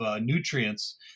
nutrients